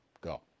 Go